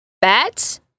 Bats